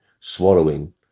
swallowing